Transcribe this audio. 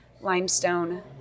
limestone